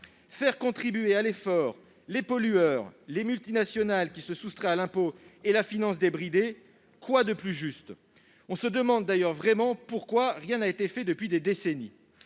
Faire contribuer à l'effort les pollueurs, les multinationales qui se soustraient à l'impôt et la finance débridée, quoi de plus juste ? On se demande vraiment pourquoi rien ne bouge depuis des décennies.